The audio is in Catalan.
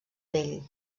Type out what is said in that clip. vell